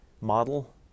model